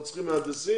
אנחנו צריכים מהנדסים,